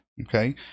okay